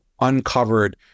uncovered